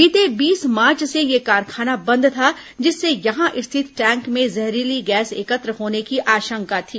बीते बीस मार्च से यह कारखाना बंद था जिससे यहां स्थित टैंक में जहरीली गैस एकत्र होने की आशंका थी